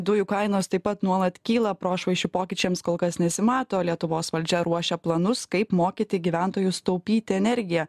dujų kainos taip pat nuolat kyla prošvaisčių pokyčiams kol kas nesimato lietuvos valdžia ruošia planus kaip mokyti gyventojus taupyti energiją